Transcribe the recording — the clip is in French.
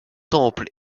temples